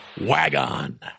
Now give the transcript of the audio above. Wagon